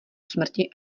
smrti